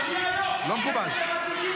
אדוני היו"ר, תכף הם מדליקים צמיגים.